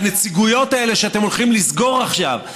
והנציגויות האלה שאתם הולכים לסגור עכשיו,